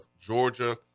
Georgia